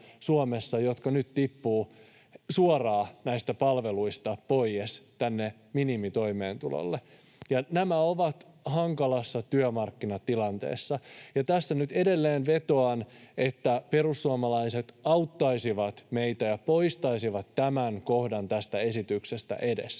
jotka nyt tippuvat suoraan näistä palveluista pois tänne minimitoimeentulolle. Nämä ovat hankalassa työmarkkinatilanteessa. Tässä nyt edelleen vetoan, että perussuomalaiset auttaisivat meitä ja poistaisivat edes tämän kohdan tästä esityksestä.